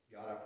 God